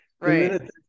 right